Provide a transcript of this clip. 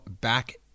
back